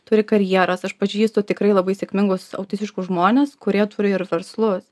turi karjeras aš pažįstu tikrai labai sėkmingus autistiškus žmones kurie turi ir verslus